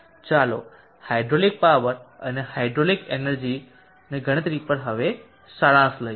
ચાલો hydraulic power અને hydraulic એનર્જીની ગણતરી પર હવે સારાંશ લઈએ